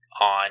on